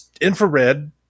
infrared